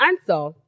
answer